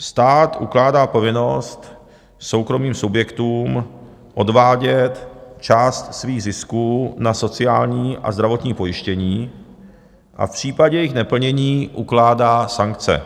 Stát ukládá povinnost soukromým subjektům odvádět část svých zisků na sociální a zdravotní pojištění a v případě jejich neplnění ukládá sankce.